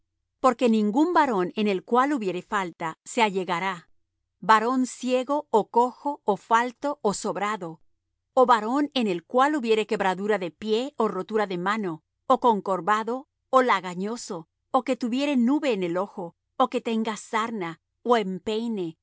porque ningún varón en el cual hubiere falta se allegará varón ciego ó cojo ó falto ó sobrado o varón en el cual hubiere quebradura de pie ó rotura de mano o corcobado ó lagañoso ó que tuviere nube en el ojo ó que tenga sarna ó empeine